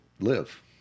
live